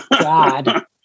God